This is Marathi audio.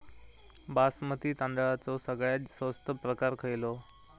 बासमती तांदळाचो सगळ्यात स्वस्त प्रकार खयलो?